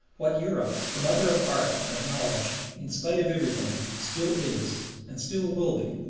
what europe, the mother of art and of knowledge, in spite of everything, still is and still will be,